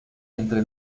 entre